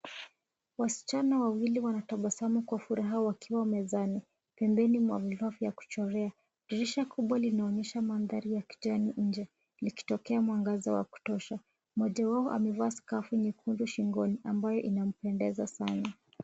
Wasichana wawili wanatabasamu kwa kufurahia wakiwa mezani pembeni mwa mabaki ya kuchora dirisha kubwa linaonyesha mandhari ya kijani nje likitokea mwangaza wa kutosha. Mmoja wao amevaa sakafu nyekundu shingoni ambayo inapendeza sana.